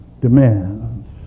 demands